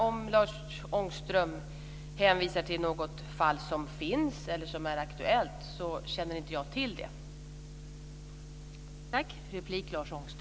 Om Lars Ångström sedan hänvisar till något fall som finns eller som är aktuellt så känner inte jag till det.